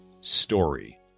story